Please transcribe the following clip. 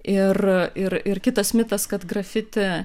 ir ir ir kitas mitas kad grafiti